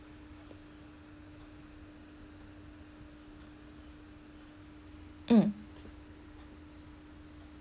um